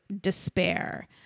despair